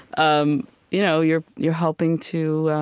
um you know you're you're helping to